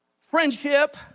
friendship